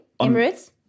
Emirates